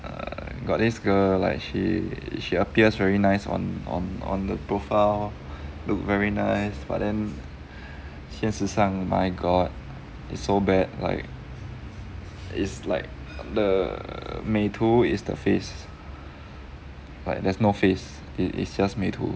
err got this girl like she she appears very nice on on on the profile look very nice but then 现实上 my god it's so bad like is like the 美图 is the face but there's no face it is just 美图